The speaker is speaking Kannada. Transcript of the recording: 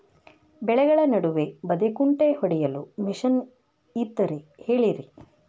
ಬೆಳೆಗಳ ನಡುವೆ ಬದೆಕುಂಟೆ ಹೊಡೆಯಲು ಮಿಷನ್ ಇದ್ದರೆ ಹೇಳಿರಿ